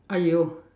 !aiyo!